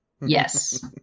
Yes